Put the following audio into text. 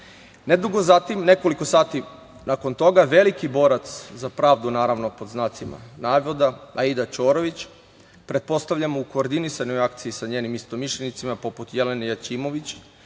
Nedugo zatim, nekoliko sati nakon toga, veliki borac za pravdu, naravno, pod znacima navoda, Aida Ćorović, pretpostavljamo u koordinisanoj akciji sa njenim istomišljenicima, poput Jelene Jaćimović,